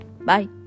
Bye